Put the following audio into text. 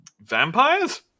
vampires